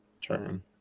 turn